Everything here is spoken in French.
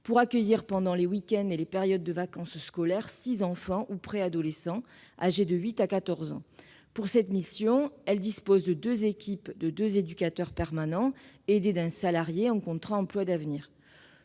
pour accueillir, pendant les week-ends et les périodes de vacances scolaires, six enfants ou préadolescents âgés de 8 à 14 ans. Pour cette mission, elle dispose de deux équipes de deux éducateurs permanents, aidées d'un salarié en contrat emploi d'avenir.